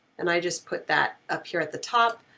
and i just put that up here at the top.